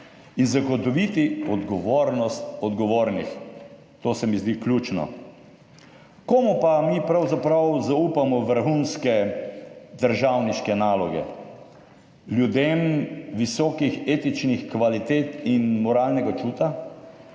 In zagotoviti odgovornost odgovornih, to se mi zdi ključno. Komu pa mi pravzaprav zaupamo vrhunske državniške naloge? Ljudem visokih etičnih kvalitet in moralnega čuta?